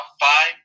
five